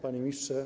Panie Ministrze!